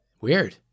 Weird